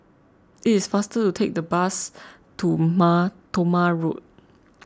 it is faster to take the bus to Mar Thoma Road